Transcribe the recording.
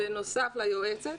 בנוסף ליועצת.